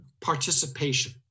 participation